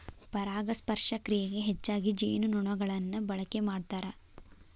ಪರಾಗಸ್ಪರ್ಶ ಕ್ರಿಯೆಗೆ ಹೆಚ್ಚಾಗಿ ಜೇನುನೊಣಗಳನ್ನ ಬಳಕೆ ಮಾಡ್ತಾರ